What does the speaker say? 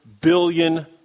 billion